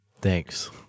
thanks